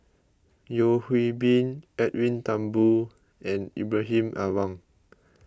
Yeo Hwee Bin Edwin Thumboo and Ibrahim Awang